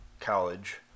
college